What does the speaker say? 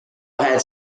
had